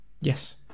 Yes